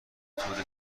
تور